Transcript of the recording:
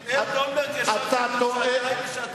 אהוד אולמרט ישב כאן שעתיים ושלוש שעות,